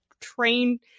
train